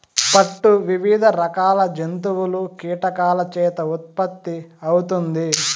పట్టు వివిధ రకాల జంతువులు, కీటకాల చేత ఉత్పత్తి అవుతుంది